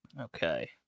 Okay